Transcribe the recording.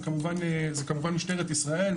זה כמובן משטרת ישראל,